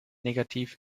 negativ